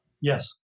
yes